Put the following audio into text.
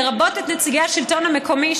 לרבות את נציגי השלטון המקומי,